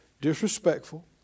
disrespectful